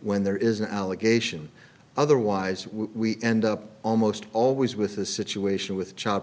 when there is an allegation otherwise we end up almost always with a situation with child